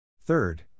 Third